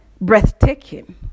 Breathtaking